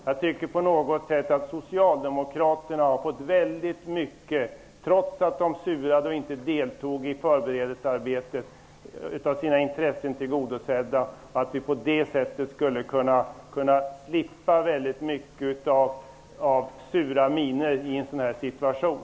Jag tycker på något sätt att Socialdemokraterna har fått väldigt mycket av sina intressen tillgodosedda, trots att de surade och inte deltog i förberedelsearbetet. På det sättet skulle vi kunna slippa mycket av sura miner i en sådan här situation.